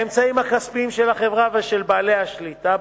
האמצעים הכספיים של החברה ושל בעלי השליטה